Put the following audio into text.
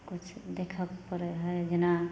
किछु देखऽके पड़ै हइ जेना